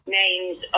names